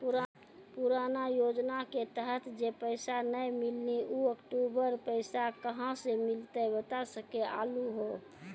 पुराना योजना के तहत जे पैसा नै मिलनी ऊ अक्टूबर पैसा कहां से मिलते बता सके आलू हो?